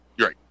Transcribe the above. Right